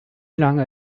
lange